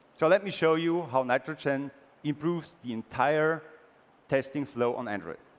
so let me show you how nitrogen improves the entire testing flow on android.